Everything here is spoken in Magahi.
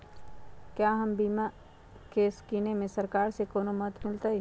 क्या हम बिया की किने में सरकार से कोनो मदद मिलतई?